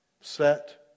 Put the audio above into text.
set